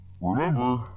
Remember